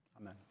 Amen